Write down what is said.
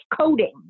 coding